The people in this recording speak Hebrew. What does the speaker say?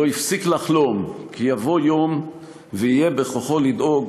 לא הפסיק לחלום כי יבוא יום ויהיה בכוחו לדאוג